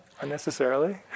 unnecessarily